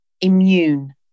immune